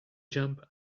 jump